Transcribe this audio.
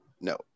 No